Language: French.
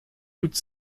toute